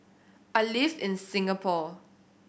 I live in Singapore